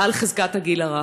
על חזקת הגיל הרך.